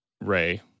Ray